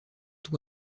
tout